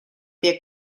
pie